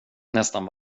nästan